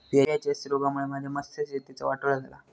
VHS रोगामुळे माझ्या मत्स्यशेतीचा वाटोळा झाला